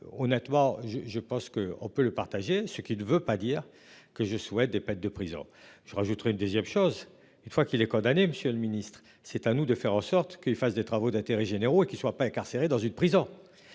Honnêtement je je pense qu'on peut le partager ce qui ne veut pas dire que je souhaite des peines de prison. Je rajouterai une 2ème chose. Et une fois qu'il est condamné, Monsieur le Ministre c'est à nous de faire en sorte qu'il fasse des travaux d'intérêts généraux et qui soit pas incarcéré dans une prison.